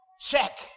check